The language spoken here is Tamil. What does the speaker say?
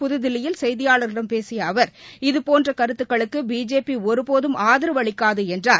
புதுதில்லியில் செய்தியாள்களிடம் பேசியஅவர் இதபோன் இன்று கருத்துக்களுக்குபிஜேபிஒருபோதும் ஆதரவு அளிக்காதுஎன்றார்